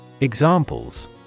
Examples